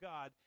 God